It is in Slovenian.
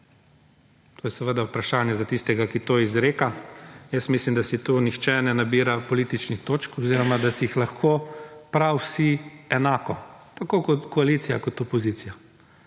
To je seveda vprašanje za tistega, ki to izreka. Jaz mislim, da si tu nihče ne nabira političnih točk oziroma, da si jih lahko prav vsi enako, tako koalicija kot opozicija.